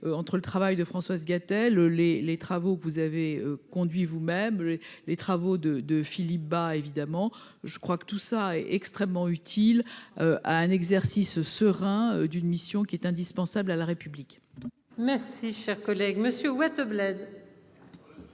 entre le travail de Françoise Gatel les les travaux, vous avez conduit vous-même les travaux de de Philippe bah évidemment, je crois que tout ça est extrêmement utile à un exercice serein d'une mission qui est indispensable à la République. Merci, cher collègue Monsieur Wattebled.